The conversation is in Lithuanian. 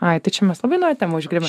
ai tai čia mes labai naują temą užgriebėm